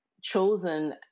chosen